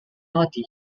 naughty